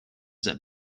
that